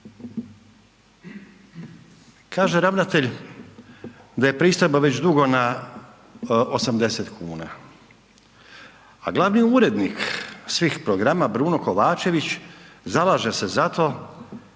Kaže ravnatelj da je pristojba već dugo na 80 kuna. A glavni urednik svih programa, Bruno Kovačević zalaže se za to